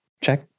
check